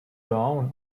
down